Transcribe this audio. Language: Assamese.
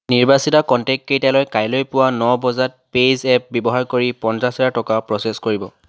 নিৰ্বাচিত কনটেক্টকেইটালৈ কাইলৈ পুৱা ন বজাত পে'জেপ ব্যৱহাৰ কৰি পঞ্চাছ হাজাৰ টকা প্ৰ'চেছ কৰিব